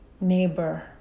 neighbor